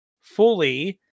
fully